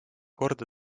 korda